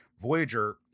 Voyager